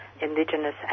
indigenous